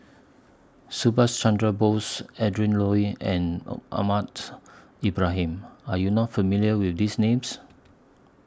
Subhas Chandra Bose Adrin Loi and Ahmad Ibrahim Are YOU not familiar with These Names